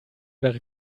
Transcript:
wäre